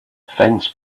fence